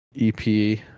EP